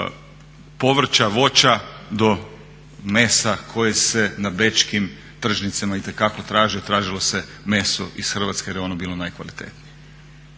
od povrća, voća do mesa koje se na bečkim tržnicama itekako traži a tražilo se meso iz Hrvatske jer je ono bilo najkvalitetnije.